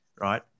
right